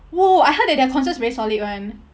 !whoa! I heard that their concert is very solid [one]